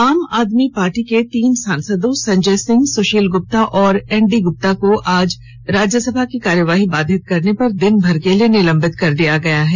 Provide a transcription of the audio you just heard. आम आदमी पार्टी के तीन सांसदों संजय सिंह सुशील गुप्ता और एनडी गुप्ता को आज राज्यसभा की कार्यवाही बाधित करने पर दिन भर के लिए निलंबित कर दिया गया है